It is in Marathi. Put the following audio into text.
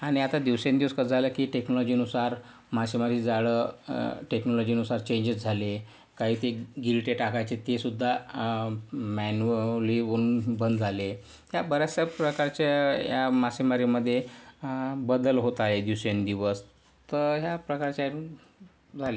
आणि आता दिवसेंदिवस कसं झालं की टेक्नॉलॉजीनुसार मासेमारी जाळं टेक्नॉलॉजीनुसार चेंजेस झाले काही ती गिळटे टाकायची तेसुद्धा मॅन्युअली होणं बंद झाले त्या बऱ्याचशा प्रकारच्या या मासेमारीमध्ये बदल होत आहेत दिवसेंदिवस तर ह्या प्रकारचे झाले